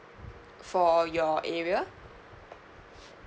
for your area